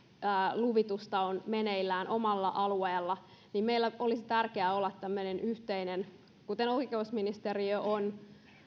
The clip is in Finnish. luvitusta on meneillään omalla alueella niin meillä olisi tärkeää olla tämmöinen yhteinen kuten oikeusministeriö on